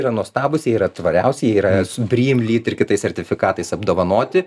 yra nuostabūs jie yra tvariausi yra su brym lyt ir kitais sertifikatais apdovanoti